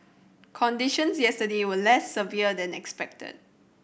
conditions yesterday were less severe than expected